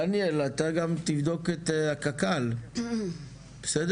דניאל, אתה גם תבדוק את קק"ל, בסדר?